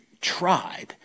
tribe